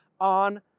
on